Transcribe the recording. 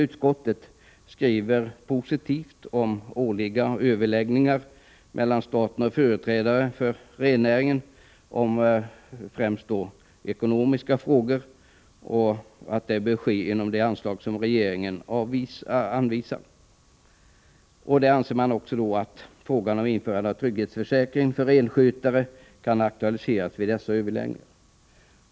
Utskottet skriver positivt om att årliga överläggningar mellan stat och företrädare för rennäringen i främst ekonomiska frågor bör komma till stånd och att dessa bör ske inom det anslag som regeringen anvisat. Där anser man också att frågan om införande av en trygghetsförsäkring för renskötare kan aktualiseras vid dessa överläggningar.